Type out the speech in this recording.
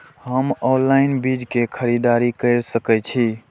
हम ऑनलाइन बीज के खरीदी केर सके छी?